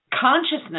consciousness